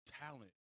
talent